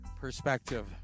perspective